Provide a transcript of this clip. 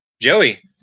Joey